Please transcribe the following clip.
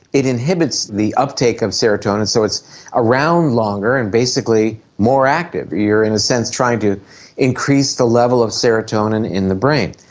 it inhibits the uptake of serotonin, so it's around longer and basically more active. you are in a sense trying to increase the level of serotonin in the brain.